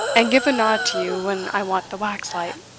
and give a nod to you when i want the wax-light